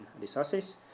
resources